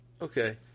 Okay